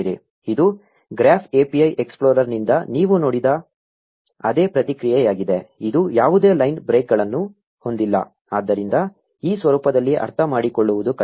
ಇದು graph API ಎಕ್ಸ್ಪ್ಲೋರರ್ನಿಂದ ನೀವು ನೋಡಿದ ಅದೇ ಪ್ರತಿಕ್ರಿಯೆಯಾಗಿದೆ ಇದು ಯಾವುದೇ ಲೈನ್ ಬ್ರೇಕ್ಗಳನ್ನು ಹೊಂದಿಲ್ಲ ಆದ್ದರಿಂದ ಈ ಸ್ವರೂಪದಲ್ಲಿ ಅರ್ಥಮಾಡಿಕೊಳ್ಳುವುದು ಕಷ್ಟ